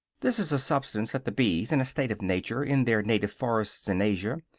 this is a substance that the bees, in a state of nature, in their native forests in asia,